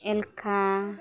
ᱮᱞᱠᱷᱟ